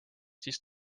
siis